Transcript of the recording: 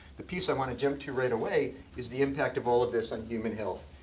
the piece i want to jump to right away is the impact of all of this on human health.